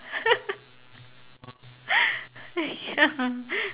ya